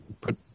put